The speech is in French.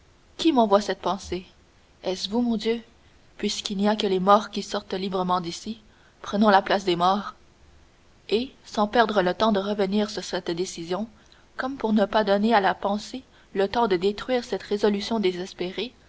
qui m'envoie cette pensée est-ce vous mon dieu puisqu'il n'y a que les morts qui sortent librement d'ici prenons la place des morts et sans perdre le temps de revenir sur cette décision comme pour ne pas donner à la pensée le terne de détruire cette résolution désespérée